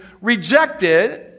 rejected